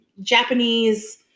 Japanese